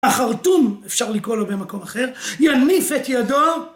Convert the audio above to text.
החרטון, אפשר לקרוא לו במקום אחר, יניף את ידו...